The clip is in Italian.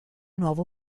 nuovo